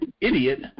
idiot